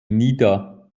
nidda